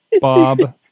Bob